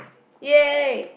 yay